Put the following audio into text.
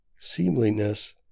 Seamliness